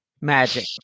magic